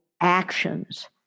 actions